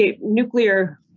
nuclear